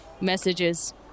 Messages